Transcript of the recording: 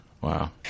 Wow